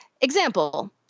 example